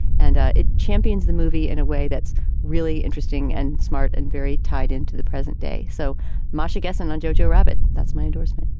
and it champions the movie in a way that's really interesting and smart and very tied into the present day. so masha gessen on joe-joe rabbit. that's my endorsement.